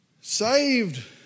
Saved